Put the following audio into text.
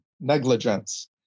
negligence